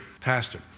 pastor